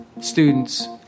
students